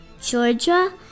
Georgia